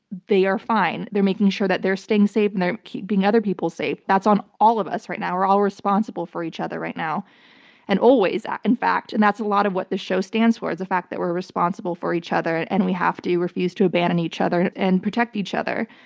they are fine. they're making sure that they're staying safe and they're keeping other people safe. that's on all of us right now. we're all responsible for each other right now and always in fact. and that's a lot of what the show stands for, is the fact that we're responsible for each other and and we have to refuse to abandon each other and protect each other.